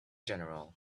general